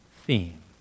theme